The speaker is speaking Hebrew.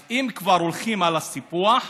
אז אם כבר הולכים על סיפוח,